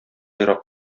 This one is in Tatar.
ерак